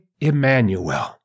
Emmanuel